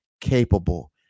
capable